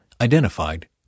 identified